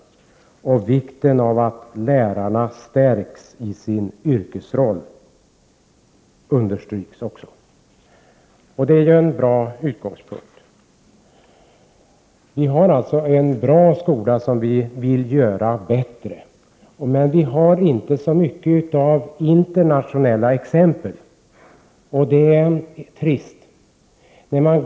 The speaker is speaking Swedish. Vikten av att lärarna stärks i sin yrkesroll understryks också. Det är ju en bra utgångspunkt. Vi har alltså en god skola som vi vill göra bättre. Men vi har inte så mycket att lära av internationella exempel, och det är trist.